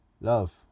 love